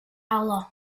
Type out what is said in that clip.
allah